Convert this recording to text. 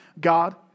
God